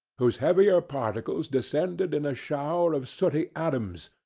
whose heavier particles descended in a shower of sooty atoms,